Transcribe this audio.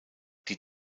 die